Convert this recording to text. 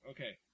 Okay